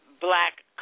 black